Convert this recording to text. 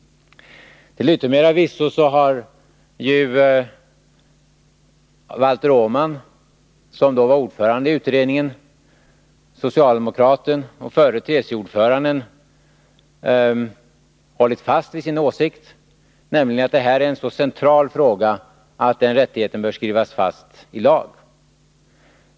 Till yttermera visso har socialdemokraten och förre TCO-ordföranden Valter Åman, som då var ordförande i utredningen, hållit fast vid sin åsikt att detta är en så central fråga att rättigheten till provanställning bör skrivas fast i lag.